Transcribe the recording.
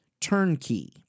turnkey